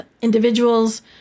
individuals